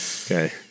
Okay